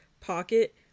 pocket